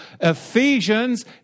Ephesians